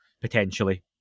potentially